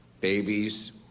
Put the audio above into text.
babies